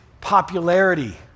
popularity